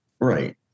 right